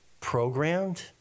programmed